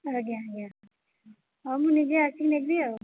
ଆଜ୍ଞା ଆଜ୍ଞା ହଉ ମୁଁ ନିଜେ ଆସି ନେବି ଆଉ